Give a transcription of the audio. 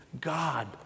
God